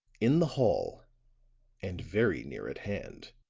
in the hall and very near at hand.